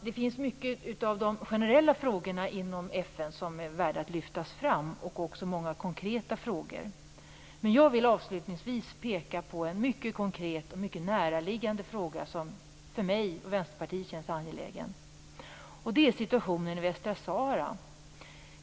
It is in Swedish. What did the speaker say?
Det finns många generella och även konkreta frågor inom FN som är värda att lyfta fram. Jag vill avslutningsvis peka på en mycket konkret och näraliggande fråga som för mig och för Vänsterpartiet känns angelägen. Det gäller situationen i Västra Sahara.